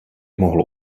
mohlo